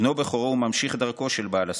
בנו בכורו וממשיך דרכו של בעל הסולם.